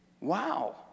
Wow